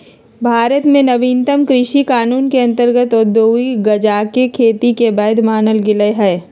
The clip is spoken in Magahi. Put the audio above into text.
भारत में नवीनतम कृषि कानून के अंतर्गत औद्योगिक गजाके खेती के वैध मानल गेलइ ह